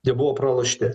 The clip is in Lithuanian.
jie buvo pralošti